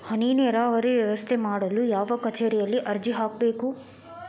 ಹನಿ ನೇರಾವರಿ ವ್ಯವಸ್ಥೆ ಮಾಡಲು ಯಾವ ಕಚೇರಿಯಲ್ಲಿ ಅರ್ಜಿ ಹಾಕಬೇಕು?